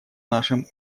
нашим